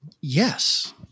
Yes